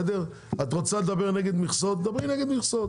את רוצה לדבר נגד מכסות, דברי נגד מכסות.